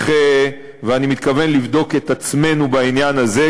ואני מתכוון לבדוק את עצמנו בעניין הזה,